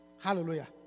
Hallelujah